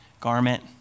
garment